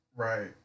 Right